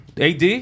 AD